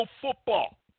football